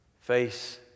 Face